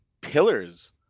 pillars